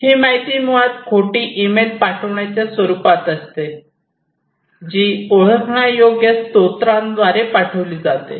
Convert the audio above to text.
ही माहिती मुळात खोटी ईमेल पाठविण्याच्या स्वरूपात असते जी ओळखण्यायोग्य स्त्रोतांद्वारे पाठविली जाते